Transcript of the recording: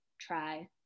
try